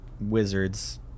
Wizards